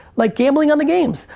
like gambling on the games,